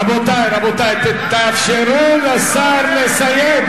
רבותי, רבותי, תאפשרו לשר לסיים.